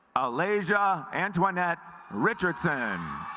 elesia antoinette richardson